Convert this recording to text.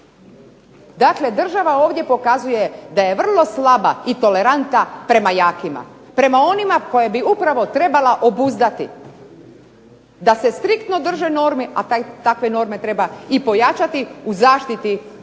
Dakle, država ovdje pokazuje da je vrlo slaba i tolerantna prema jakima. Prema onima koje bi upravo trebala obuzdati, da se striktno drže normi, a takve norme treba i pojačati u zaštiti onih koji